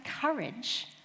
courage